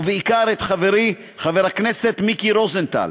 ובעיקר את חברי חבר הכנסת מיקי רוזנטל,